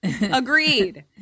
Agreed